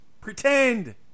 pretend